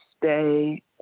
stay